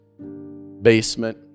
basement